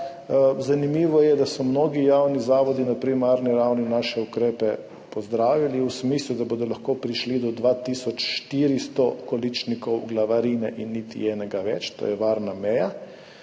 Zanimivo je, da so mnogi javni zavodi na primarni ravni naše ukrepe pozdravili, v smislu, da bodo lahko prišli do 2 tisoč 400 količnikov glavarine in niti enega več, to je varna meja.